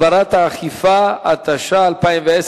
התש"ע 2010,